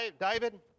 David